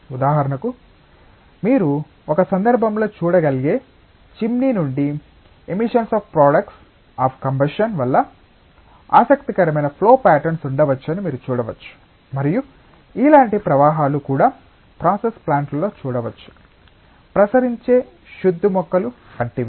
ఉదాహరణకు మీరు ఒక సందర్భంలో చూడగలిగే చిమ్నీ నుండి emissions of products of combustion వల్ల ఆసక్తికరమైన ఫ్లో ప్యాటర్న్స్ ఉండవచ్చని మీరు చూడవచ్చు మరియు ఇలాంటి ప్రవాహాలు కూడా ప్రాసెస్ ప్లాంట్లలో చూడవచ్చు ప్రసరించే శుద్ధి మొక్కలు వంటివి